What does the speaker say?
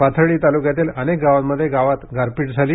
पाथर्डी तालुक्यातील अनेक गावांमध्ये गावात गारपीट झाली